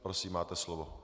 Prosím, máte slovo.